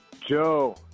Joe